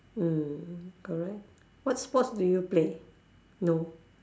mm correct what sports do you play no